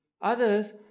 Others